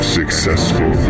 successful